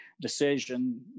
decision